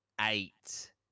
eight